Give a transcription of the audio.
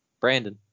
Brandon